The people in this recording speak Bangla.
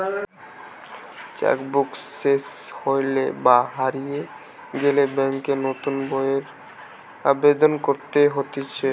চেক বুক সেস হইলে বা হারিয়ে গেলে ব্যাংকে নতুন বইয়ের আবেদন করতে হতিছে